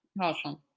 Awesome